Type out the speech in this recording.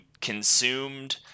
consumed